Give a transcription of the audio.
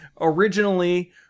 originally